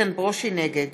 נגד